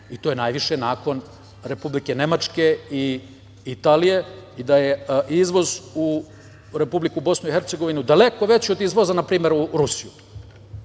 i to je najviše nakon Republike Nemačke i Italije i da je izvoz u Republiku Bosnu i Hercegovinu daleko veći od izvoza, na primer, u Rusiju,